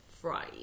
Fry